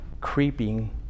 creeping